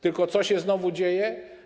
Tylko co się znowu dzieje?